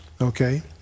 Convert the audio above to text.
okay